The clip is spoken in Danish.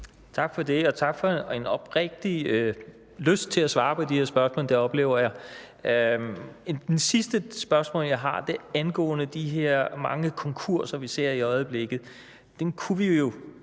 Tak for det. Og tak for en oprigtig lyst til at svare på de her spørgsmål; det oplever jeg. Det sidste spørgsmål, jeg har, er angående de her mange konkurser, vi ser i øjeblikket. Dem kunne vi jo